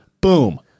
Boom